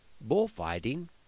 bullfighting